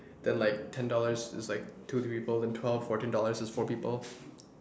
then like ten dollars is like two three people then twelve fourteen dollars is four people